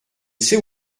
sait